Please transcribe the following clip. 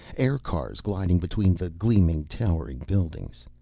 aircars gliding between the gleaming, towering buildings.